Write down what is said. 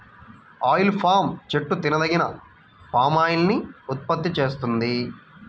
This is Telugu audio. ఆయిల్ పామ్ చెట్టు తినదగిన పామాయిల్ ని ఉత్పత్తి చేస్తుంది